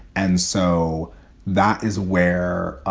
and so that is where